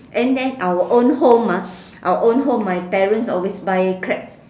and then our own home ah our own home my parents always buy crab